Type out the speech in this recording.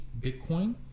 Bitcoin